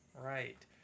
Right